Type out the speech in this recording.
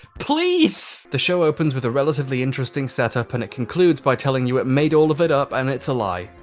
please! the show opens with a relatively interesting setup and it concludes by telling you it made all of it up and i mean it's a lie,